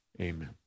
amen